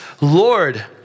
Lord